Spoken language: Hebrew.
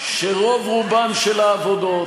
שרוב-רובן של העבודות,